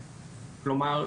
כלומר,